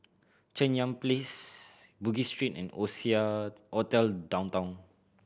Cheng Yan Place Bugis Street and Oasia Hotel Downtown